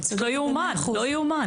זה לא ייאמן, לא ייאמן.